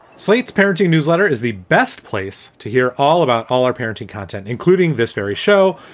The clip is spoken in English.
slate's parenting newsletter is the best place to hear all about all our parenting content, including this very show,